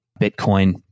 Bitcoin